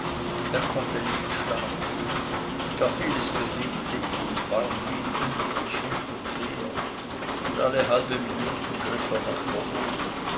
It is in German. er konnte nicht schlafen gar vieles bewegte ihn warf ihn unruhig hin und her und alle halbe minuten griff er nach der uhr